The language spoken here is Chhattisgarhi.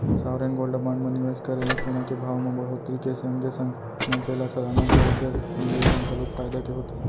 सॉवरेन गोल्ड बांड म निवेस करे ले सोना के भाव म बड़होत्तरी के संगे संग मनसे ल सलाना बियाज दर मिलई ह घलोक फायदा के होथे